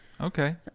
Okay